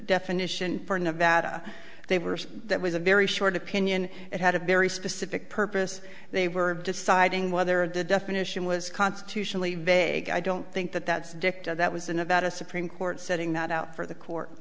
definition for nevada they were that was a very short opinion it had a very specific purpose they were deciding whether the definition was constitutionally vague i don't think that that's dicta that was in about a supreme court setting that out for the court